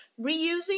Reusing